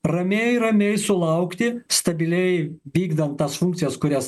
ramiai ramiai sulaukti stabiliai vykdant tas funkcijas kurias